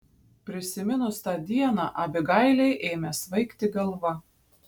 prisiminus tą dieną abigailei ėmė svaigti galva